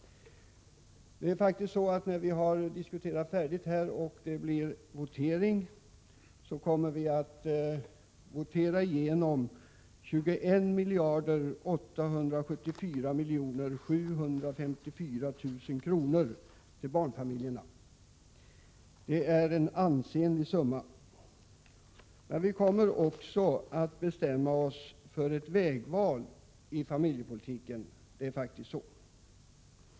När vi har diskuterat färdigt och voterat kommer riksdagen att ha anslagit 21 874 754 000 kr. till barnfamiljerna. Det är en ansenlig summa. Vi kommer också att ha bestämt oss för ett vägval i familjepolitiken.